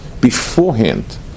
beforehand